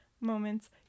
moments